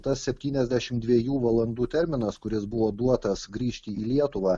tas septyniasdešim dviejų valandų terminas kuris buvo duotas grįžti į lietuvą